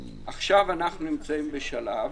אנחנו נמצאים עכשיו בשלב